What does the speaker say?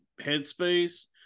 headspace